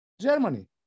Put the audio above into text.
Germany